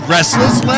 Restless